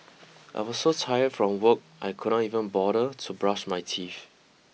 I was so tired from work I could not even bother to brush my teeth